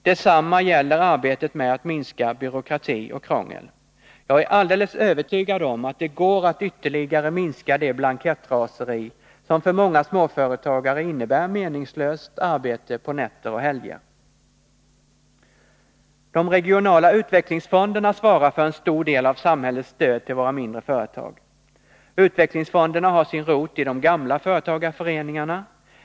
Detsamma gäller arbetet med att minska byråkrati och krångel. Jag är alldeles övertygad om att det går att ytterligare minska det blankettraseri som för många småföretagare innebär meningslöst arbete på nätter och helger. De regionala utvecklingsfonderna svarar för en stor del av samhällets stöd till våra mindre företag. Utvecklingsfonderna har sin rot i de gamla företagarföreningarna.